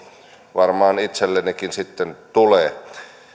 varmaan itsellenikin sitten tulee